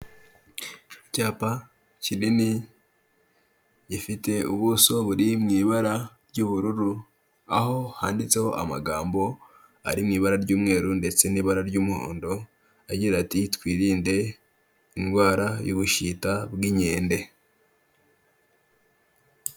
Icyapa kinini, gifite ubuso buri mu ibara ry'ubururu, aho handitseho amagambo ari mu ibara ry'umweru ndetse n'ibara ry'umuhondo, agira ati twirinde indwara y'ubushita bw'inkende.